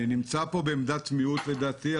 אני נמצא פה בעמדת מיעוט לדעתי,